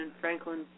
Franklin